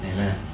Amen